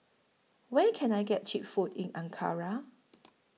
Where Can I get Cheap Food in Ankara